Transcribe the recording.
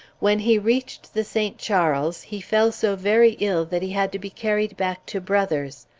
when he reached the st. charles, he fell so very ill that he had to be carried back to brother's.